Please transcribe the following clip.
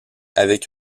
avec